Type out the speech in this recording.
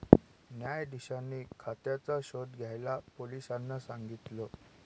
न्यायाधीशांनी खात्याचा शोध घ्यायला पोलिसांना सांगितल